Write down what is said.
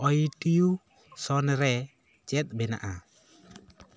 ᱟᱭᱴᱤᱭᱩ ᱥᱚᱱ ᱨᱮ ᱪᱮᱫ ᱢᱮᱱᱟᱜᱼᱟ